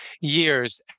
years